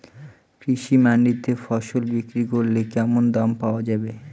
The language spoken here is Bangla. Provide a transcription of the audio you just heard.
কৃষি মান্ডিতে ফসল বিক্রি করলে কেমন দাম পাওয়া যাবে?